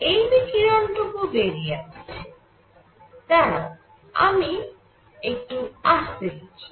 যেই বিকিরণ টুকু বেরিয়ে আসছে দাঁড়াও আমি একটু আস্তে লিখি